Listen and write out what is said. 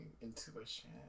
intuition